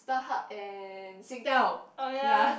Starhub and Singtel ya